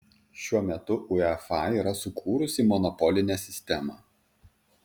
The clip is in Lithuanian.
šiuo metu uefa yra sukūrusi monopolinę sistemą